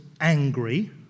angry